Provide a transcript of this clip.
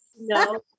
No